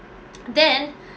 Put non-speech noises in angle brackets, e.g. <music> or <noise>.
then <breath>